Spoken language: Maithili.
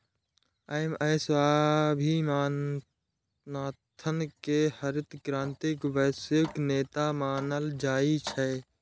एम.एस स्वामीनाथन कें हरित क्रांतिक वैश्विक नेता मानल जाइ छै